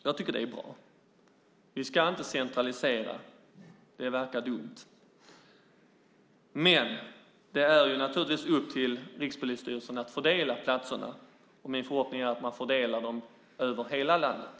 Jag tycker att det är bra. Vi ska inte centralisera, det verkar dumt, men det är naturligtvis upp till Rikspolisstyrelsen att fördela platserna. Min förhoppning är att de fördelas över hela landet.